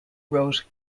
wrote